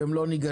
שהם לא ניגשים.